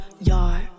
yard